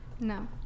No